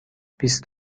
بیست